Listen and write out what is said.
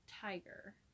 tiger